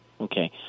Okay